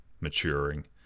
maturing